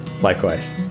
Likewise